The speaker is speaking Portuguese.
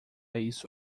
isso